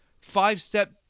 five-step